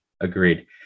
agreed